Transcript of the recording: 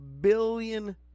billion